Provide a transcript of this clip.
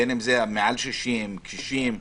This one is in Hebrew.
מעל 60, קשישים,